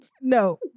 No